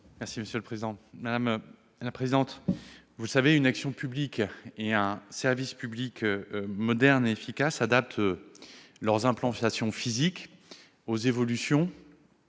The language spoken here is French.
de l'économie et des finances. Madame la sénatrice, vous le savez, une action publique et un service public modernes et efficaces adaptent leurs implantations physiques aux évolutions